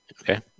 Okay